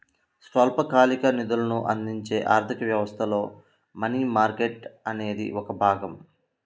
స్వల్పకాలిక నిధులను అందించే ఆర్థిక వ్యవస్థలో మనీ మార్కెట్ అనేది ఒక భాగం